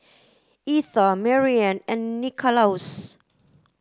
Etha Mariann and Nicholaus